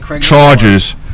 charges